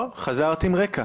בבקשה.